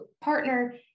partner